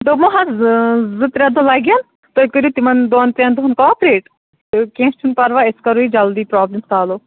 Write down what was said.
دوٚپمَو حظ زٕ ترٛےٚ دۄہ لَگن تُہۍ کٔرِو تِمَن دۄن ترٛٮ۪ن دۄہَن کاپریٹ تہٕ کیٚنہہ چھُنہٕ پرواے أسۍ کَرو یہِ جلدی پرٛابلِم سالُو